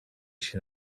się